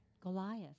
Goliath